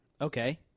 Okay